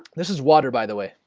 this is water by the way,